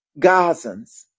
Gazans